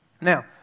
Now